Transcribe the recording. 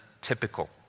typical